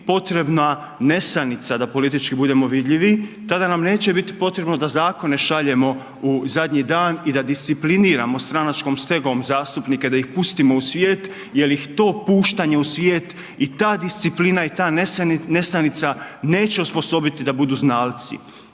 potrebna nesanica da politički budemo vidljivi, tada nam neće biti potrebno da zakone šaljemo u zadnji dan i da discipliniramo stranačkom stegom zastupnika, da ih pustimo u svijet jer ih to puštanje u svijet i ta disciplina i ta nesanica neće ih osposobiti da budu znalci.